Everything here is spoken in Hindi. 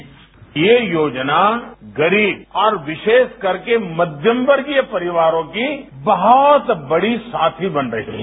बाईट ये योजना गरीब और विशेषकर के मध्यम वर्गीय परिवारों की बहुत बड़ी साथी बन रही है